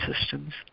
systems